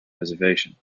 reservation